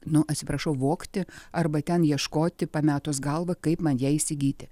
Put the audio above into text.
nu atsiprašau vogti arba ten ieškoti pametus galvą kaip man ją įsigyti